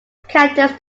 caters